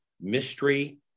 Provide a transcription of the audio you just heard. mystery